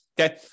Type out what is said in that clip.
Okay